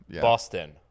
boston